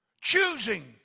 choosing